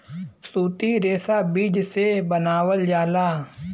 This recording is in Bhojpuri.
सूती रेशा बीज से बनावल जाला